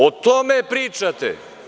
O tome pričate.